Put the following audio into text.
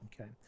Okay